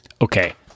Okay